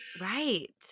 Right